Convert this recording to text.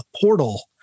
portal